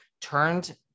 turned